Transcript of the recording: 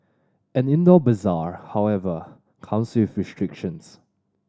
an indoor bazaar however comes with restrictions